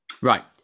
right